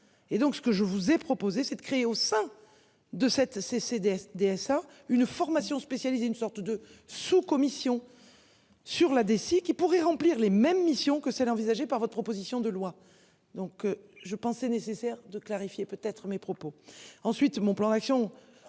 et donc ce que je vous ai proposé c'est de créer au sein de cette ces CDS DSA une formation spécialisée. Une sorte de sous-commission. Sur la DSI qui pourraient remplir les mêmes missions que celle envisagée par votre proposition de loi. Donc je pensais nécessaire de clarifier peut être mes propos ensuite mon plan d'action,